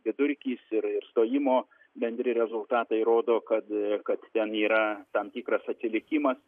vidurkis yra ir ir stojimo bendri rezultatai rodo kad kad ten yra tam tikras atsilikimas